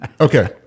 Okay